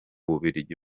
bubiligi